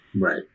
right